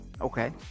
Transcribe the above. Okay